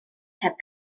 heb